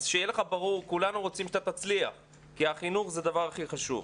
שיהיה לך ברור שכולנו רוצים שאתה תצליח כי החינוך הוא הדבר החשוב ביותר.